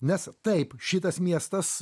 nes taip šitas miestas